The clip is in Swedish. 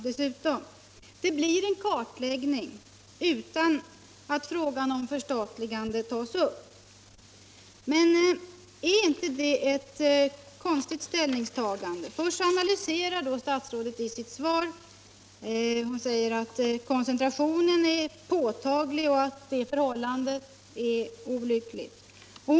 Det blir en kartläggning utan att frågan om förstatligandet tas upp. Men är inte det ett konstigt ställningstagande? Först analyserar statsrådet i sitt svar och säger att koncentrationen är påtaglig och att det förhållandet är olyckligt.